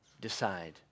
decide